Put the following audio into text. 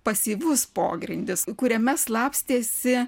pasyvus pogrindis kuriame slapstėsi